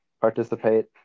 participate